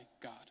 God